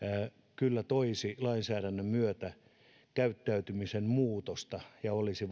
kyllä toisi lainsäädännön myötä käyttäytymisen muutosta ja olisi